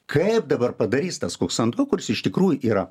kaip dabar padarys tas kuksando kurs iš tikrųjų yra